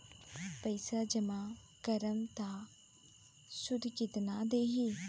पैसा जमा करम त शुध कितना देही?